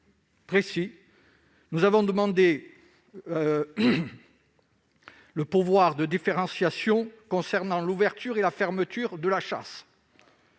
nous avons demandé un pouvoir de différenciation concernant les dates d'ouverture et de fermeture de la chasse.